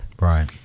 Right